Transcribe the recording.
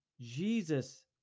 Jesus